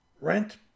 rent